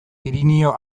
pirinio